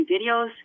videos